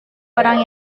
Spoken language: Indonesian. orang